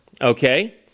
okay